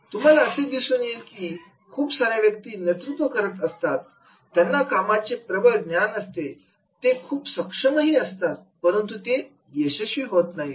तुम्हाला असे दिसून येते की खूप सार्या व्यक्ती नेतृत्व करत असतात त्यांना कामाचे प्रबळ ज्ञान असते ते खूप सक्षम असतात परंतु ते यशस्वी होत नाहीत